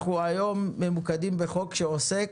אנחנו היום ממוקדים בחוק שעוסק,